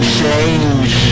change